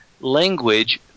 language